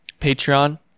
Patreon